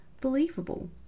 believable